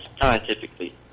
scientifically